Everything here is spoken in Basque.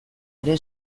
ere